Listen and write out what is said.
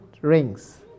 rings